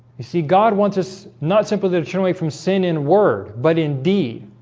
you see god wants us not simple they turn away from sin and word but indeed